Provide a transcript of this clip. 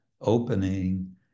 opening